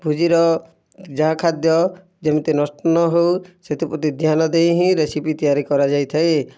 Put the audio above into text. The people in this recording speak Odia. ଭୋଜିର ଯାହା ଖାଦ୍ୟ ଯେମିତି ନଷ୍ଟ ନହେଉ ସେଥିପ୍ରତି ଧ୍ୟାନ ଦେଇ ହିଁ ରେସିପି ତିଆରି କରାଯାଇଥାଏ